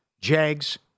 Jags